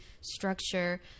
structure